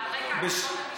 על רקע כבוד המשפחה?